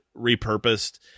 repurposed